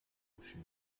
coucher